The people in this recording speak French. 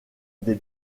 des